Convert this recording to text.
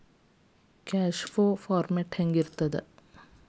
Cash flow format ಹೆಂಗಿರ್ತದ?